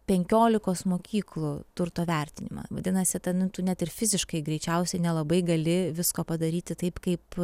penkiolikos mokyklų turto vertinimą vadinasi ta nu tu net tik fiziškai greičiausiai nelabai gali visko padaryti taip kaip